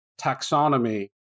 taxonomy